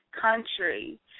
country